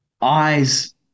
eyes